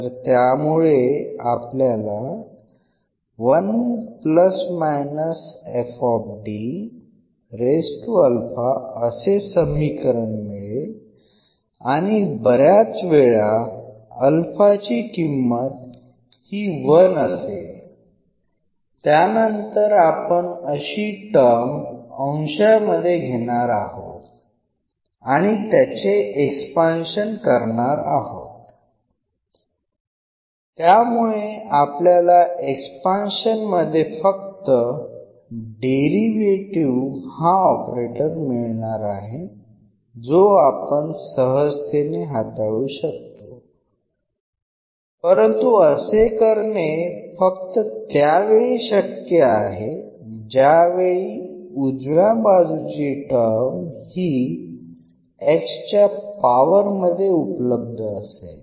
तर त्यामुळे आपल्याला असे समीकरण मिळेल आणि बऱ्याच वेळा अल्फा ची किंमत ही 1 असेल त्यानंतर आपण अशी टर्म अंशांमध्ये घेणार आहोत आणि त्याचे एक्सपान्शन करणार आहोत त्यामुळे आपल्याला एक्सपान्शन मध्ये फक्त डेरिव्हेटिव्ह हा ऑपरेटर मिळणार आहे जो आपण सहजतेनं हाताळू शकतो परंतु असे करणे फक्त त्यावेळी शक्य आहे ज्या वेळी उजव्या बाजूची टर्म ही x च्या पावर मध्ये उपलब्ध असेल